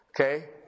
Okay